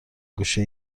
گوشه